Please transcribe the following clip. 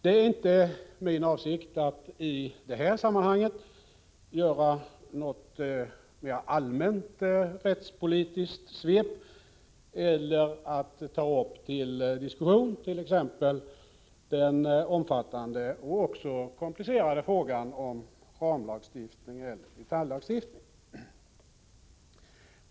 Det är inte min avsikt att i detta sammanhang göra något allmänt rättspolitiskt svep eller att ta upp till diskussion t.ex. den omfattande och komplicerade frågan om ramlagstiftning eller detaljlagstiftning.